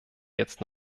jetzt